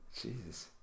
Jesus